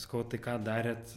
sakau o tai ką darėt